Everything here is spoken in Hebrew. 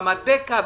רמת בקע,